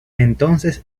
entonces